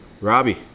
Robbie